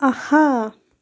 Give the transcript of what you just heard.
اَہ ہا